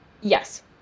Yes